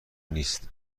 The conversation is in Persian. نیست